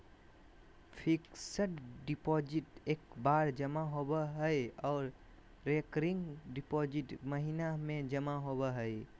fixed deposit एक बार जमा होबो हय आर रेकरिंग डिपॉजिट महीने में जमा होबय हय